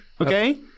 Okay